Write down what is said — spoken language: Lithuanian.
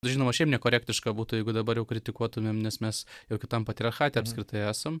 žinoma šiaip nekorektiška būtų jeigu dabar jau kritikuotumėm nes mes juk kitam patriarchate apskritai esam